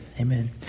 Amen